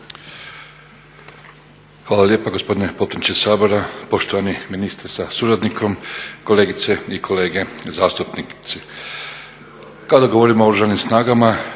Hvala lijepa gospodine potpredsjedniče Sabora. Poštovani ministre sa suradnikom, kolegice i kolege zastupnici. Kada govorimo o Oružanim snagama